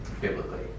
biblically